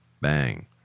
bang